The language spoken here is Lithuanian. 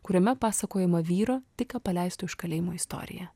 kuriame pasakojama vyro tik ką paleisto iš kalėjimo istorija